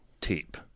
tape